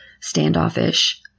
standoffish